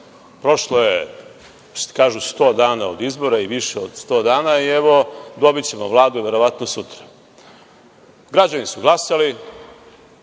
prošlo je kažu sto dana od izbora i više od sto dana i evo dobićemo Vladu verovatno sutra. Građani su glasali,